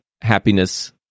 happiness